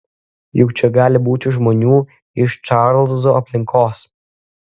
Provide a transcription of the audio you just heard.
juk čia gali būti žmonių iš čarlzo aplinkos